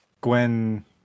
Gwen